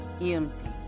empty